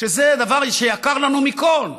שזה הדבר שיקר לנו מכול,